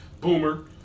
boomer